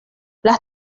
las